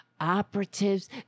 operatives